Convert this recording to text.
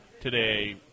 today